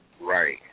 Right